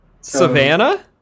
savannah